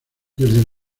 desde